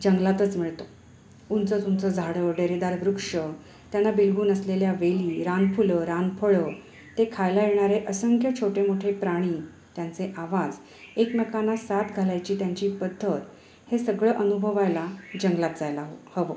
जंगलातच मिळतो उंचच उंच झाडं डेरेदार वृक्ष त्यांना बिलगुन असलेल्या वेली रानफुलं रानफळं ते खायला येणारे असंख्य छोटे मोठे प्राणी त्यांचे आवाज एकमेकांना साद घालायची त्यांची पद्धत हे सगळं अनुभवायला जंगलात जायला ह हवं